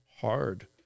Hard